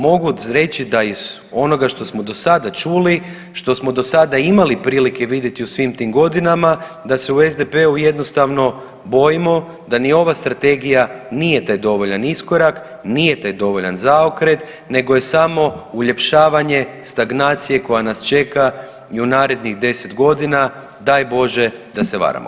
Mogu reći da iz onoga što smo do sada čuli, što smo do sada imali prilike vidjeti u svim tim godinama, da se u SDP-u jednostavno bojimo da ni ova Strategija nije dovoljan taj iskorak, nije taj dovoljan zaokret, nego je samo uljepšavanje stagnacije koja nas čeka i u narednih 10 godina, daj bože da se varamo.